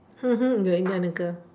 mmhmm you're indian uncle